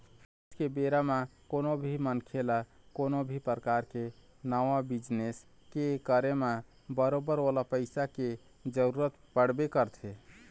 आज के बेरा म कोनो भी मनखे ल कोनो भी परकार के नवा बिजनेस के करे म बरोबर ओला पइसा के जरुरत पड़बे करथे